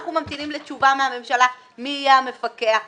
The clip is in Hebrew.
אנחנו ממתינים לתשובה מהממשלה מי יהיה המפקח בגמ"חים,